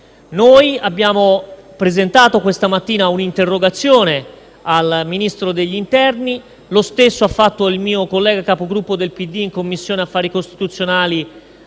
abbiamo presentato un'interrogazione al Ministro dell'interno; lo stesso ha fatto il mio collega, Capogruppo del PD, in Commissione affari costituzionali